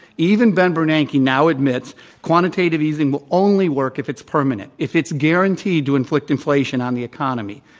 even ben bernanke now admits quantitative easing will only work if it's permanent, if it's guaranteed to inflict inflation on the economy.